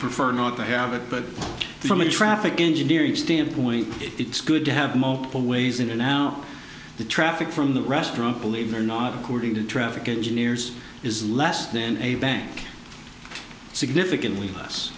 prefer not to have it but from a traffic engineering standpoint it's good to have multiple ways into now the traffic from the restaurant believe or not according to traffic engineers is less then a bank significantly less